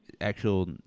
actual